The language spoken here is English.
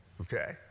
Okay